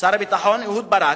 אהוד ברק,